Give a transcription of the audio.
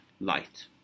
light